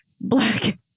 black